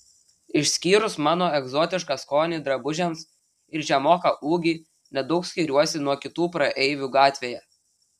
išskyrus mano egzotišką skonį drabužiams ir žemoką ūgį nedaug skiriuosi nuo kitų praeivių gatvėje